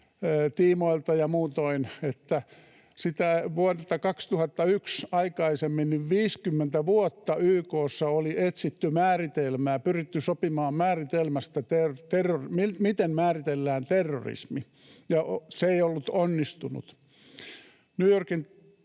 tiimoilta ja muutoin, että ennen vuotta 2001 YK:ssa oli 50 vuotta etsitty määritelmää, pyritty sopimaan, miten määritellään terrorismi, ja se ei ollut onnistunut.